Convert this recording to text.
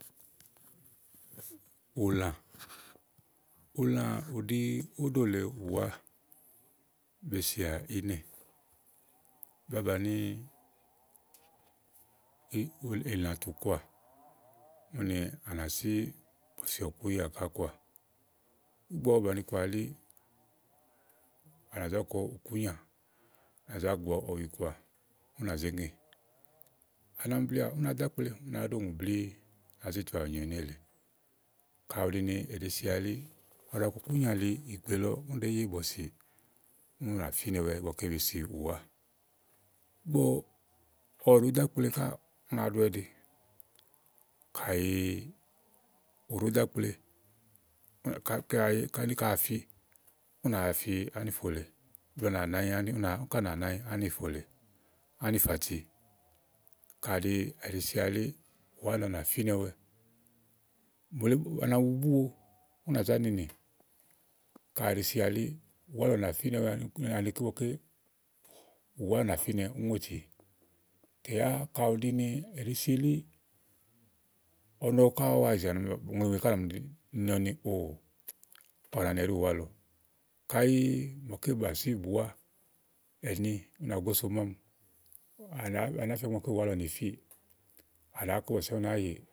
Ùlã; ùlã ùɖìi òɖò lée ù wà. Besià inɛ. Babáni ìlɛ̃tù kɔà ùni à nà sì bɔ̀sì ɔ̀kuyeà kɔá. Igbɔ ɔwɛ bàni kɔà elí à nà zà kɔ ikùnyià, à nà zà gbɔ ɔwi kɔà ù nà ze ŋè. À nami bleà ùnà dakple blíì, ù nàa ɖe ùŋù blíí à nà zì tuà nyo néèle. Kàyi é ɖe sià ɔwɛ ɖàa kɔ ikunyià li ìgbè lɔ ùni ɖéè ye bɔ̀si ù nà finɛwɛ igbɔke be si uwà. Ìgbɔwɛ ɖòó do àkple kà ùnàà ɖo ɔwɛ ɛ̀ɖi. Kàyi àfi ùnà wàa fi àniƒole ùni kà nà wa nànyi àniƒole, ànìƒati kàɖi è ɖèe sià eli uwà lɔ nà Finɛwɛ. Mole ànàmi wu bùwo ù nà zà ninì. Kàɖi è ɖe sià elí ùwà lɔ nàƒiinɛ wɛ anikɛ̀ igbɔke ùwà nà fìnɛ ùŋòti. Tè yà kàyi ù ɖini è ɖèe si elì.ɔnɔ kà wa ìyìzà lée ùŋò wèe kà nà mi nɔ ni òó ɔwɛ àani ɖi ùwà lɔ. Kayi igbɔké, bà si ùwà ɛ̀ni ùgo so àmi à nà fía ɔku maké ùwà lɔ nefíi, à nàa kɔ̀ bɔ̀sià ù nàa ye;